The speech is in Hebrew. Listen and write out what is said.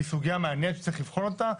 היא סוגיה מעניינת שצריך לבחון אותה.